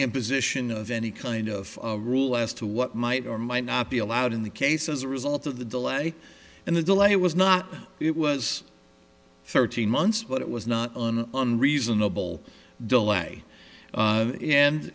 imposition of any kind of rule as to what might or might not be allowed in the case as a result of the delay and the delay it was not it was thirteen months but it was not on reasonable delay